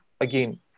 again